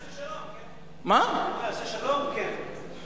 אם הוא יעשה שלום, כן.